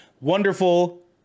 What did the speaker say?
wonderful